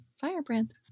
firebrand